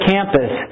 Campus